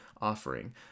offering